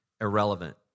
irrelevant